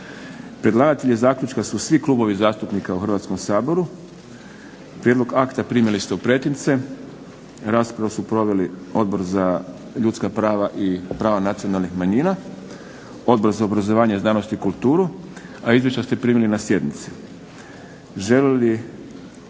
Predlagatelji zaključka su svi klubovi zastupnika u Hrvatskom saboru. Prijedlog akta primili ste u pretince. Raspravu su proveli Odbor za ljudska prava i prava nacionalnih manjina, Odbor za obrazovanje, znanost i kulturu, a izvješća ste primili na sjednici.